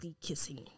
kissing